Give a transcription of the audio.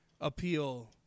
appeal